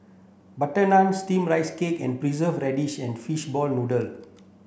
butter naan steamed rice cake with preserved radish and fish ball noodle